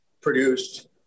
produced